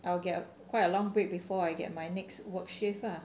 I will get a quite a long break before I get my next work shift ah